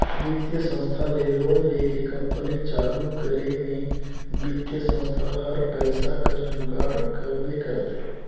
बित्तीय संस्था ले लोन लेके कंपनी चालू करे में बित्तीय संस्था हर पइसा कर जुगाड़ करबे करथे